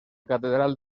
catedral